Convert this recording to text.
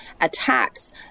attacks